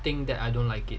I think that I don't like it